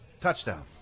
touchdown